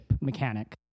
mechanic